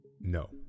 No